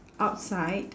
outside